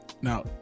Now